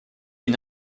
une